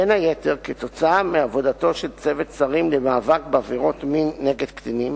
בין היתר כתוצאה מעבודתו של צוות שרים למאבק בעבירות מין נגד קטינים,